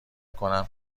کنم